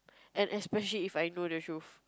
and especially If I know the truth